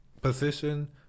position